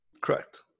correct